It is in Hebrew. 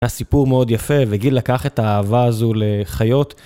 היה סיפור מאוד יפה, וגיל לקח את האהבה הזו לחיות.